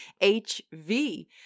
HV